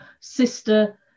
sister